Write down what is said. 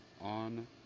on